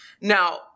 Now